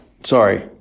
sorry